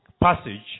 passage